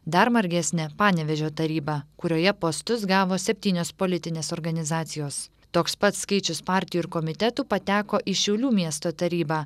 dar margesnė panevėžio taryba kurioje postus gavo septynios politinės organizacijos toks pat skaičius partijų ir komitetų pateko į šiaulių miesto tarybą